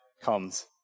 comes